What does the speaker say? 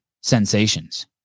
sensations